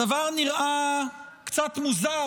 הדבר נראה כבר קצת מוזר,